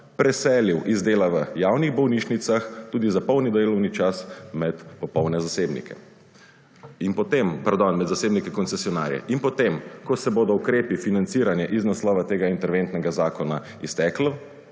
preselil iz dela v javnih bolnišnicah tudi za polni delovni čas med popolne zasebnike in potem, pardon med zasebnike koncesionarje, in potem, ko se bodo ukrepi financiranja iz naslova tega interventnega zakona izteklo,